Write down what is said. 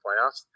playoffs